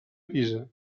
pisa